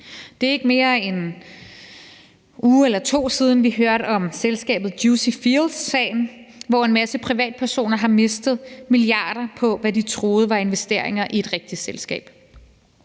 Det er ikke mere end en uge eller to siden, at vi hørte om selskabet Juicy Fields-sagen, hvor en masse privatpersoner har mistet milliarder på, hvad de troede var investeringer i et rigtigt selskab.